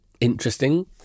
interesting